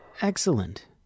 Excellent